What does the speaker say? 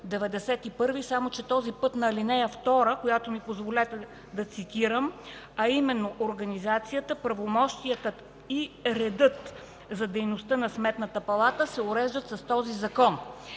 само че този път на ал. 2, която ми позволете да цитирам, а именно: „организацията, правомощията и редът за дейността на Сметната палата се уреждат с този закон”.